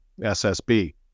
SSB